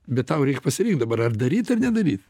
bet tau reik pasirinkt dabar ar daryt ar nedaryt